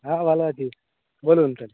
হ্যাঁ ভালো আছি বলুন স্যার